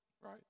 right